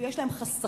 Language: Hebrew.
יש להם חסכים.